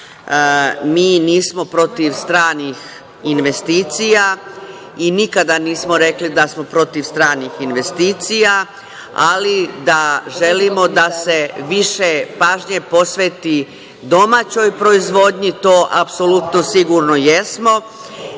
mi nismo protiv stranih investicija i nikada nismo rekli da smo protiv stranih investicija, ali da želimo da se više pažnje posveti domaćoj proizvodnji, to apsolutno sigurno jesmo.